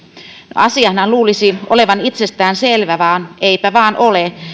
asianhan luulisi olevan itsestäänselvä vaan eipä vain ole